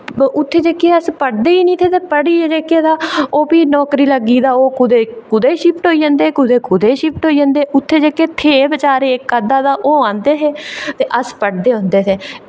उत्थै जेह्के अस पढ़दे निं थे ते पढ़ियै जेह्के तां ओह् नौकरी लग्गी तां ओह् कुदै कुदै शिफ्ट होई जंदे ते कुदै कुदै शिफ्ट होई जंदे ते जेह्के था बेचारा तां ओह् आंदे हे ते अस पढ़दे होंदे हे